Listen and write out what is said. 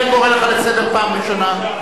אני קורא אותך לסדר פעם ראשונה.